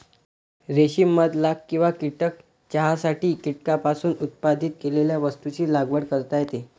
रेशीम मध लाख किंवा कीटक चहासाठी कीटकांपासून उत्पादित केलेल्या वस्तूंची लागवड करता येते